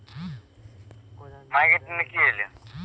ভারতের মধ্য অঞ্চলে দশ বছর ধরে বাঁশ চাষ হচ্ছে